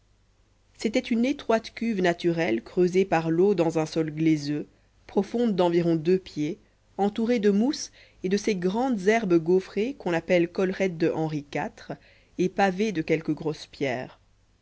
c'était une étroite cuve naturelle creusée par l'eau dans un sol glaiseux profonde d'environ deux pieds entourée de mousses et de ces grandes herbes gaufrées qu'on appelle collerettes de henri iv et pavée de quelques grosses pierres